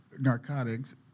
narcotics